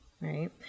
right